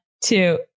two